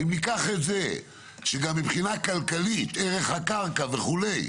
אם ניקח את זה שגם מבחינה כלכלית, ערך הקרקע וכו',